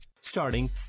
Starting